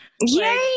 yay